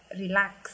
relax